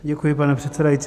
Děkuji, pane předsedající.